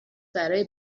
برا